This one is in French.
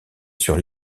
sur